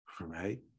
right